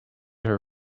her